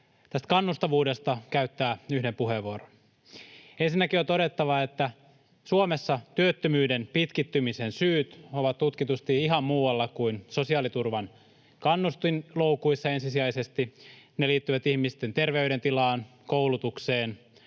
tästä kannustavuudesta käyttää yhden puheenvuoron. Ensinnäkin on todettava, että Suomessa työttömyyden pitkittymisen syyt ovat tutkitusti ihan muualla kuin sosiaaliturvan kannustinloukuissa. Ensisijaisesti ne liittyvät ihmisten terveydentilaan, koulutukseen,